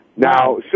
Now